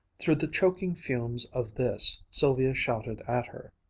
through the choking fumes of this, sylvia shouted at her,